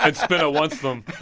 and spinna wants them